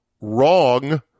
wrong